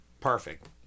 perfect